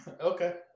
Okay